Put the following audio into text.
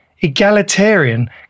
egalitarian